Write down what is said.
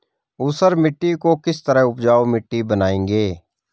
ऊसर मिट्टी को किस तरह उपजाऊ मिट्टी बनाएंगे?